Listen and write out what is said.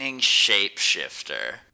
shapeshifter